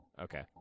Okay